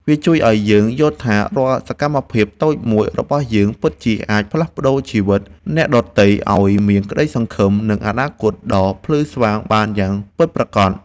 វាជួយឱ្យយើងយល់ថារាល់សកម្មភាពតូចមួយរបស់យើង ពិតជាអាចផ្លាស់ប្តូរជីវិតអ្នកដទៃឱ្យមានក្ដីសង្ឃឹម និងអនាគតដ៏ភ្លឺស្វាងបានយ៉ាងពិតប្រាកដ។